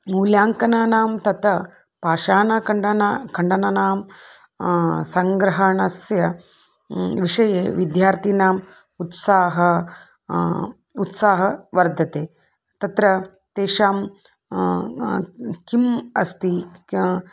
मूल्याङ्कनानां तथा पाषाणखण्डानां कण्डानां सङ्ग्रहणस्य विषये विद्यार्थिनाम् उत्साहः उत्साहः वर्धते तत्र तेषां किम् अस्ति क्या